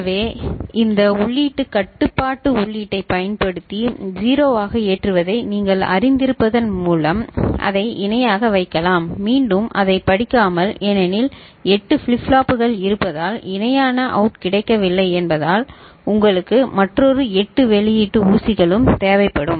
எனவே இந்த உள்ளீட்டுக் கட்டுப்பாட்டு உள்ளீட்டைப் பயன்படுத்தி 0 ஆக ஏற்றுவதை நீங்கள் அறிந்திருப்பதன் மூலம் அதை இணையாக வைக்கலாம் பின்னர் அதைப் படிக்கலாம் ஏனெனில் 8 ஃபிளிப் ஃப்ளாப்புகள் இருப்பதால் இணையான அவுட் கிடைக்கவில்லை என்பதால் உங்களுக்கு மற்றொரு 8 வெளியீட்டு ஊசிகளும் தேவைப்படும்